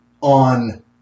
On